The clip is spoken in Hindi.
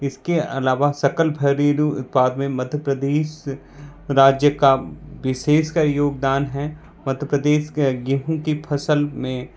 इसके अलावा सकल फरीदु उत्पाद में मध्य प्रदेश राज्य का विशेष का योगदान है मध्य प्रदेश के गेहूं की फ़सल में